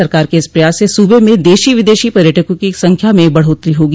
सरकार के इस प्रयास से सूब में देशी विदेशी पर्यटकों की संख्या में बढ़ोत्तरी होगी